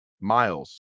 miles